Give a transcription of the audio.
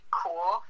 cool